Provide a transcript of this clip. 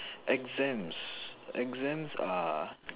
exams exams are